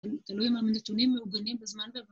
תלוי אם הנתונים מעוגנים בזמן...